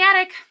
attic